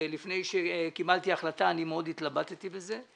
לפני שקיבלתי החלטה, אני מאוד התלבטתי בזה.